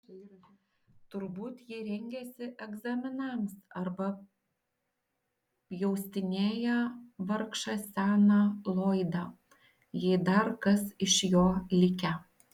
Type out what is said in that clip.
turbūt ji rengiasi egzaminams arba pjaustinėja vargšą seną loydą jei dar kas iš jo likę